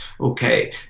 Okay